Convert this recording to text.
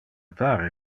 pare